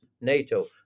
NATO